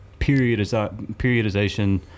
periodization